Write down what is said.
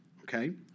Okay